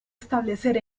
establecer